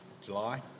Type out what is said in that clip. July